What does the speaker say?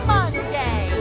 Monday